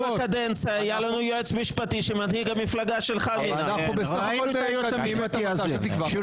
אני בהלם ממך שאתה אומר על